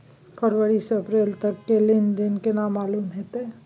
फरवरी से अप्रैल तक के लेन देन केना मालूम होते?